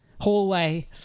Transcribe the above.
hallway